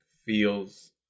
feels